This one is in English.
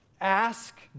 ask